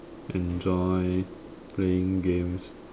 enjoy playing games